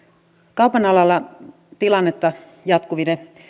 kaupan alalla tilannetta jatkuvine